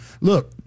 look